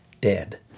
dead